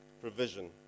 Provision